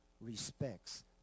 respects